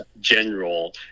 general